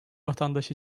vatandaş